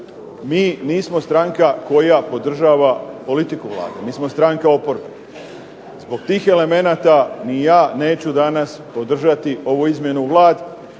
mi nismo stranka koja podržava politiku Vlade, mi smo stranka oporbe. Zbog tih elemenata ni ja neću danas podržati ovu izmjenu u Vladi,